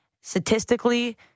Statistically